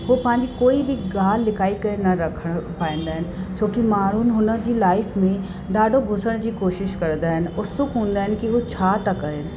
हो पंहिंजी कोई बि ॻाल्हि लिकाए करे न रखण पाईंदा आहिनि छो की माण्हू हुनजी लाइफ़ में ॾाढो घुसण जी कोशिशि कंदा आहिनि उत्सुक हूंदा आहिनि की हो छा था करनि